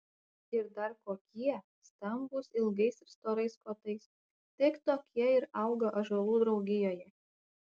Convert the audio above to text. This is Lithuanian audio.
ir dar kokie stambūs ilgais ir storais kotais tik tokie ir auga ąžuolų draugijoje